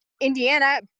Indiana